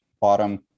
bottom